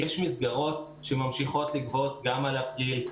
יש מסגרות שממשיכות לגבות גם על אפריל.